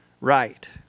right